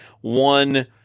one